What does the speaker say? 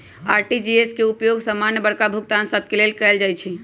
RTGS के उपयोग समान्य बड़का भुगतान सभ के लेल कएल जाइ छइ